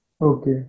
Okay